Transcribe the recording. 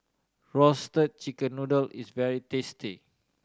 Roasted Chicken Noodle is very tasty